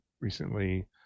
recently